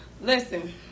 Listen